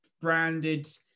branded